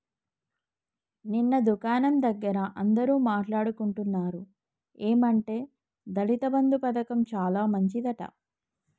నిన్న దుకాణం దగ్గర అందరూ మాట్లాడుకుంటున్నారు ఏమంటే దళిత బంధు పథకం చాలా మంచిదట